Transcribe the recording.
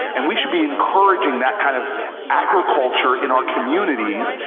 and we should be encouraging that kind of agriculture in our communities.